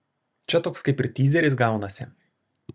čia toks kaip ir tyzeris gaunasi